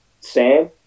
sam